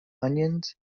onions